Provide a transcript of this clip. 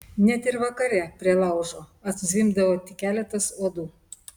net ir vakare prie laužo atzvimbdavo tik keletas uodų